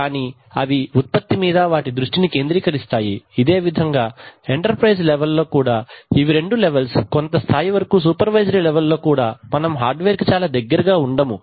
కానీ అవి ఉత్పత్తి మీద వాటి దృష్టిని కేంద్రీకరిస్తాయి ఇదేవిధంగా ఎంటర్ ప్రైజ్ లెవెల్ లో కూడా ఇవి రెండు లెవెల్స్ కొంత స్థాయి వరకు సుపెర్వైజరీ లెవెల్ లో కూడా మనము హార్డ్ వేర్ కు చాలా దగ్గరగా ఉండము